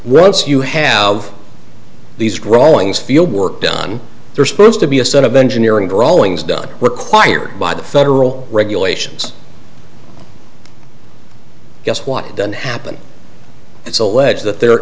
once you have these rawlings field work done they're supposed to be a set of engineering drawings done required by the federal regulations yes what didn't happen it's alleged that there